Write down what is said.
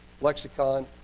lexicon